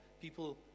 people